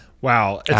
Wow